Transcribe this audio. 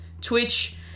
twitch